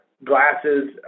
glasses